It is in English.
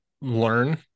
learn